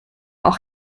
auch